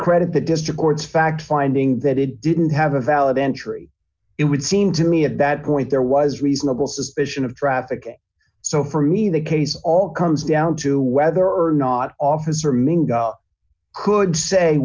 credit the district court's fact finding that it didn't have a valid entry it would seem to me at that point there was reasonable suspicion of traffic so for me the case all comes down to whether or not officer me could say